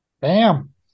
Bam